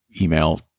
email